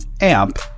AMP